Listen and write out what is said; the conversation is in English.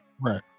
Right